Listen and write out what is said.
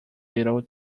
little